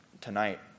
tonight